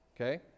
okay